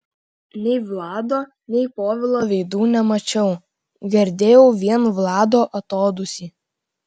nei vlado nei povilo veidų nemačiau girdėjau vien vlado atodūsį